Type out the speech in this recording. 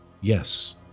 Yes